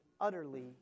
utterly